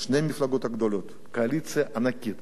שתי המפלגות הגדולות, קואליציה ענקית,